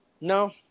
No